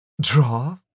Draw